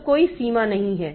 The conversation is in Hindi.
तो कोई सीमा नहीं है